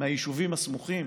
מהיישובים הסמוכים.